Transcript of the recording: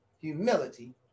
humility